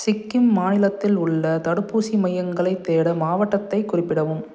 சிக்கிம் மாநிலத்தில் உள்ள தடுப்பூசி மையங்களைத் தேட மாவட்டத்தைக் குறிப்பிடவும்